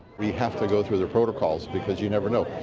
we have to go through the protocols because you never know.